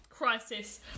crisis